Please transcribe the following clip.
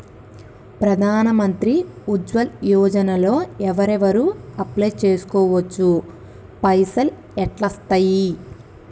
ప్రధాన మంత్రి ఉజ్వల్ యోజన లో ఎవరెవరు అప్లయ్ చేస్కోవచ్చు? పైసల్ ఎట్లస్తయి?